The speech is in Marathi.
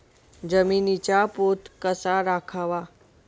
जमिनीचा पोत कसा राखावा?